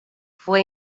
fue